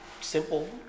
simple